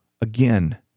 again